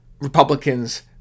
Republicans